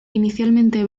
inicialmente